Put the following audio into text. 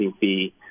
fee